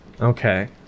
Okay